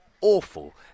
awful